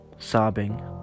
sobbing